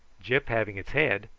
gyp having its head,